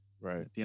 Right